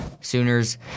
Sooners